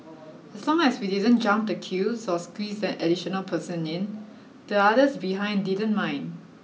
as long as we didn't jump the queues or squeezed an additional person in the others behind didn't mind